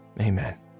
amen